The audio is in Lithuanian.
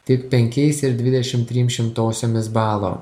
tik penkiais ir dvidešimt trim šimtosiomis balo